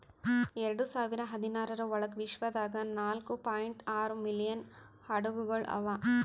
ಎರಡು ಸಾವಿರ ಹದಿನಾರರ ಒಳಗ್ ವಿಶ್ವದಾಗ್ ನಾಲ್ಕೂ ಪಾಯಿಂಟ್ ಆರೂ ಮಿಲಿಯನ್ ಹಡಗುಗೊಳ್ ಅವಾ